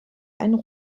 einen